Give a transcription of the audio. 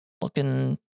Looking